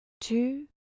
two